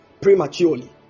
prematurely